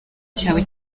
cyawe